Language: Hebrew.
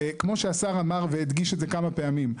וכמו שהשר אמר והדגיש את זה כמה פעמים,